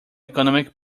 economic